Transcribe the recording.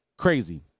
crazy